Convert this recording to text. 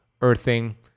earthing